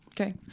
Okay